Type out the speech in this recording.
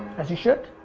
as you should.